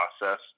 process